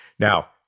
Now